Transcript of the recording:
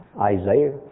Isaiah